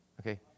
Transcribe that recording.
Okay